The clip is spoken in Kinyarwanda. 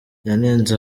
yanenze